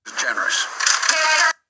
Generous